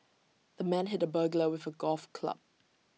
the man hit the burglar with A golf club